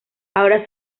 ahora